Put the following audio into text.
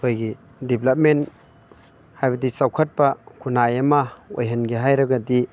ꯑꯩꯈꯣꯏꯒꯤ ꯗꯤꯕ꯭ꯂꯞꯃꯦꯟ ꯍꯥꯏꯕꯗꯤ ꯆꯥꯎꯈꯠꯄ ꯈꯨꯟꯅꯥꯏ ꯑꯃ ꯑꯣꯏꯍꯟꯒꯦ ꯍꯥꯏꯔꯒꯗꯤ